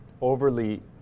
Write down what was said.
overly